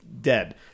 Dead